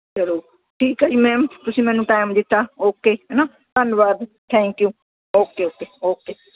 ਚਲੋ ਠੀਕ ਹੈ ਜੀ ਮੈਮ ਤੁਸੀਂ ਮੈਨੂੰ ਟਾਈਮ ਦਿੱਤਾ ਓਕੇ ਹੈ ਨਾ ਧੰਨਵਾਦ thank you okay okay okay